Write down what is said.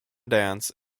dance